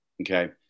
Okay